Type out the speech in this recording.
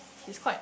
he quite